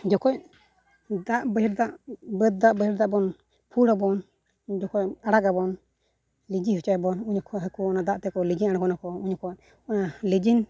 ᱡᱚᱠᱷᱚᱱ ᱫᱟᱜ ᱵᱟᱹᱭᱦᱟᱹᱲ ᱫᱟᱜ ᱵᱟᱹᱫᱽ ᱫᱟᱜ ᱵᱟᱹᱭᱦᱟᱹᱲ ᱫᱟᱜ ᱵᱚᱱ ᱯᱷᱩᱲ ᱟᱵᱚᱱ ᱡᱚᱠᱷᱚᱱ ᱟᱲᱟᱜᱟᱵᱚᱱ ᱞᱤᱸᱜᱤ ᱦᱚᱪᱚᱭᱟᱵᱚᱱ ᱩᱱ ᱡᱚᱠᱷᱚᱱ ᱦᱟᱹᱠᱩ ᱚᱱᱟ ᱫᱟᱜᱛᱮᱠᱚ ᱞᱤᱸᱜᱤ ᱟᱬᱜᱚᱱᱟᱠᱚ ᱩᱱ ᱡᱚᱠᱷᱚᱱ ᱞᱤᱸᱡᱤᱱ